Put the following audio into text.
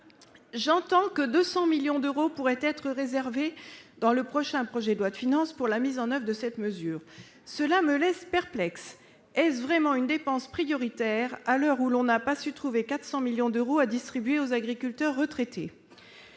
J'entends que 200 millions d'euros pourraient être réservés dans le prochain projet de loi de finances pour la mise en oeuvre de cette mesure. Cela me laisse perplexe. Est-ce vraiment une dépense prioritaire, à l'heure où l'on n'a pas su trouver 400 millions d'euros pour les distribuer aux agriculteurs retraités ?